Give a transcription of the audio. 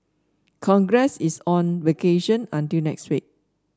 Congress is on vacation until next week